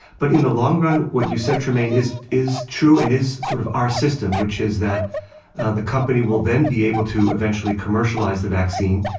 but in the long run, what you said, trymaine, is is true, and is sort of our system, which is that the company will then be able to eventually commercialized the vaccine.